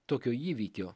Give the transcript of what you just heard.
tokio įvykio